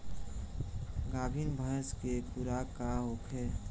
गाभिन भैंस के खुराक का होखे?